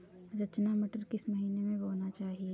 रचना मटर किस महीना में बोना चाहिए?